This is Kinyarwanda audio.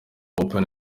open